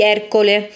Ercole